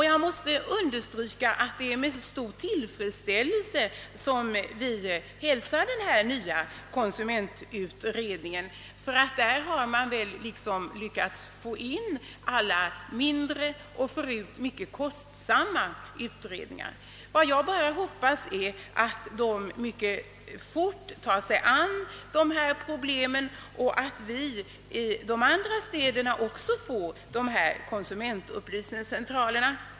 Jag måste understryka, att det är med tillifredsställelse vi hälsar den nya konsumentutredningen. Där har man lyckats få in alla mindre och förut mycket kostsamma utredningar. Jag hoppas bara att de mycket snart tar sig an dessa problem, så att vi i de övriga städerna också får dessa konsumentupplysningscentraler.